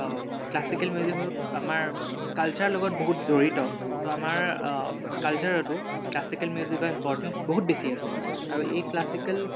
classical music হ'ল আমাৰ কালছাৰৰ লগত বহুত জড়িত ত' আমাৰ কালছাৰতো ক্লাছিকেল মিউজিকৰ ইম্পৰ্টেঞ্চ বহুত বেছি আছে আৰু এই ক্লাছিকেল